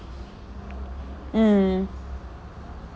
mm